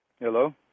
Hello